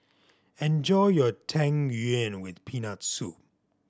enjoy your Tang Yuen with Peanut Soup